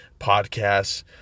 podcasts